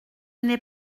n’est